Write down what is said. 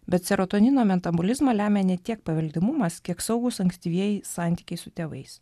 bet serotonino metabolizmą lemia ne tiek paveldimumas kiek saugūs ankstyvieji santykiai su tėvais